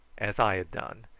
as i had done,